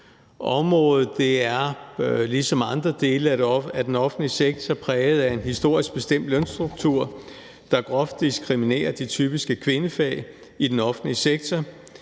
Området er ligesom andre dele af den offentlige sektor præget af en historisk bestemt lønstruktur, der groft diskriminerer de typiske kvindefag i den offentlige sektor.